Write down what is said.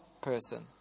person